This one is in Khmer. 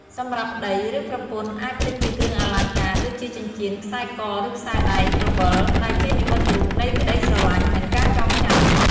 សម្រាប់ប្ដី ឬប្រពន្ធ អាចទិញជាគ្រឿងអលង្ការ ដូចជាចិញ្ចៀន ខ្សែក ឬខ្សែដៃ ក្រវិល ដែលជានិមិត្តរូបនៃក្តីស្រឡាញ់ និងការចងចាំ។